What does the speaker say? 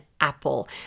Apple